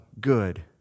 good